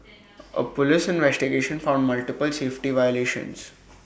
A Police investigation found multiple safety violations